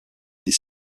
des